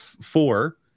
Four